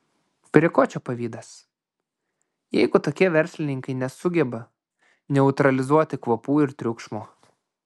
prie ko čia pavydas jeigu tokie verslininkai nesugeba neutralizuoti kvapų ir triukšmo